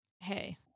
Hey